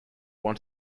want